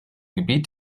gebiet